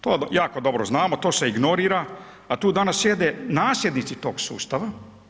To jako dobro znamo, to se ignorira, a tu danas sjede nasljednici tog sustava.